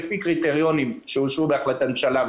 לפי קריטריונים אובייקטיבים שאושרו בהחלטת ממשלה.